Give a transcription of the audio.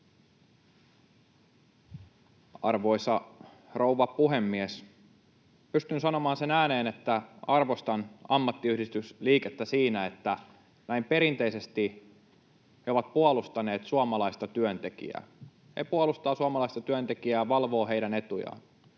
Arvoisa rouva puhemies! Pystyn sanomaan sen ääneen, että arvostan ammattiyhdistysliikettä siinä, että näin perinteisesti he ovat puolustaneet suomalaista työntekijää. He puolustavat suomalaista työntekijää ja valvovat heidän etujaan.